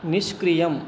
निष्क्रियम्